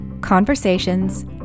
conversations